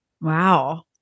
Wow